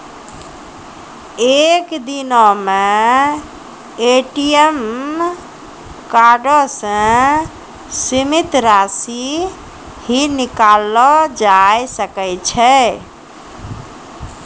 एक दिनो मे ए.टी.एम कार्डो से सीमित राशि ही निकाललो जाय सकै छै